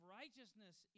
righteousness